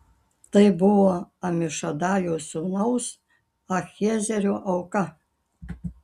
tai buvo amišadajo sūnaus ahiezero auka